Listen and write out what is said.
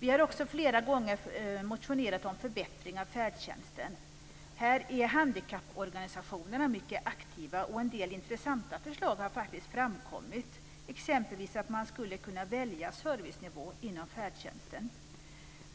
Vi har också flera gånger motionerat om förbättring av färdtjänsten. Här är handikapporganisationerna mycket aktiva, och en del intressanta förslag har faktiskt framkommit, exempelvis att man skulle kunna välja servicenivå inom färdtjänsten.